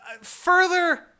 further